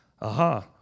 Aha